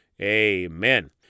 Amen